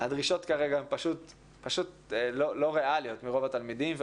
הדרישות כרגע הן פשוט לא ריאליות מרוב התלמידים,